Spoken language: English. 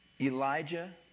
Elijah